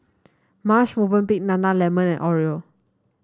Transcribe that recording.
Marche Movenpick Nana Lemon and Oreo